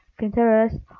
Pinterest